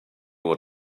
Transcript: what